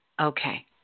Okay